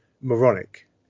Moronic